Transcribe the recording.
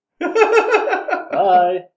Bye